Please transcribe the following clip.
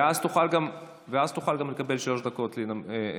ואז תוכל גם לקבל שלוש דקות להגיב,